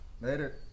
later